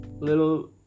little